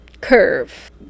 curve